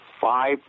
five